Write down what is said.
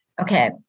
Okay